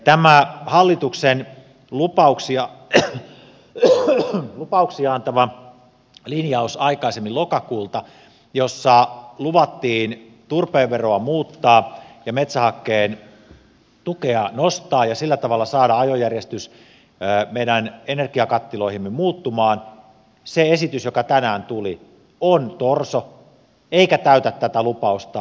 tämä hallituksen lupauksia antava linjaus aikaisemmin lokakuulta jossa luvattiin turpeen veroa muuttaa ja metsähakkeen tukea nostaa ja sillä tavalla saada ajojärjestys meidän energiakattiloihimme muuttumaan se esitys joka tänään tuli on torso eikä täytä tätä lupausta alkuunkaan